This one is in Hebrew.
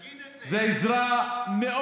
6 זה רק האישה והיא לא יכולה להעביר לגבר,